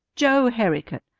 joe herricote.